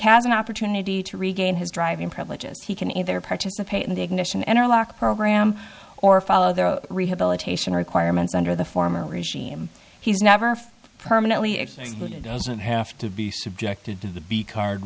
has an opportunity to regain his driving privileges he can either participate in the ignition interlock program or follow their rehabilitation requirements under the former regime he's never permanently excluded doesn't have to be subjected to the b card